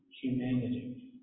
humanity